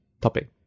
topic